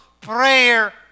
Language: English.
prayer